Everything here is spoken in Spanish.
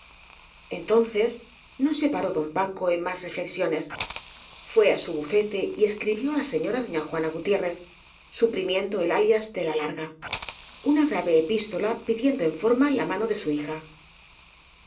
entonces no se paró don paco en más reflexio nes fué á su bufete y escribió á la señora doña jua na gutiérrez suprimiendo el alias de la larga una grave epístola pidiendo en forma la mano de su hija